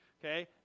Okay